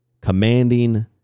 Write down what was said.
commanding